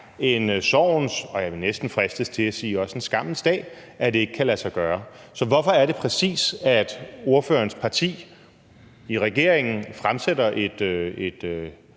en sorgens dag, og jeg vil næsten fristes til at sige, at det også er en skammens dag, at det ikke kan lade sig gøre? Så hvorfor er det præcis, at regeringen fremsætter et